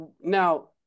now